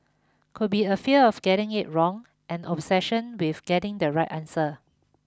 could be a fear of getting it wrong an obsession with getting the right answer